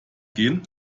gehen